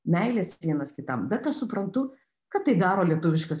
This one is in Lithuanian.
meilės vienas kitam bet aš suprantu kad tai daro lietuviškas